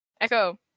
echo